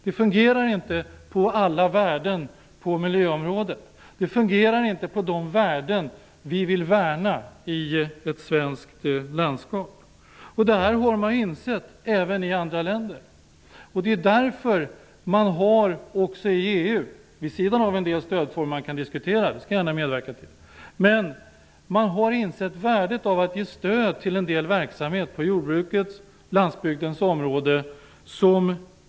Det fungerar t.ex. inte på alla värden på miljöområdet. Det fungerar inte på de värden vi vill värna i ett svenskt landskap. Detta har man insett även i andra länder. Det är därför EU också har, vid sidan av en del stödformer som vi kan diskutera - det skall jag gärna medverka till - insett värdet av att ge stöd till en del verksamheter på jordbrukets och landsbygdens område.